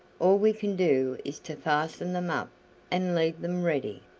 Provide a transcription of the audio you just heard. all we can do is to fasten them up and leave them ready.